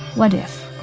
what if?